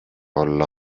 olla